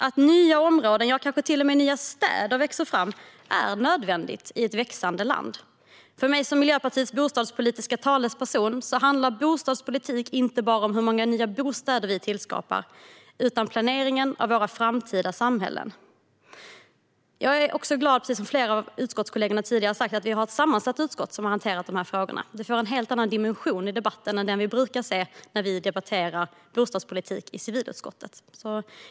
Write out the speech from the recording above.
Att nya områden, ja, kanske till och med nya städer, växer fram är nödvändigt i ett växande land. För mig som Miljöpartiets bostadspolitiska talesperson handlar bostadspolitik inte bara om hur många nya bostäder vi bygger utan om planeringen av våra framtida samhällen. Liksom flera av mina utskottskollegor är jag glad över att det är ett sammansatt utskott som har hanterat dessa frågor. Det har gett debatten en annan dimension än den vi brukar ha när vi debatterar bostadspolitik i civilutskottet.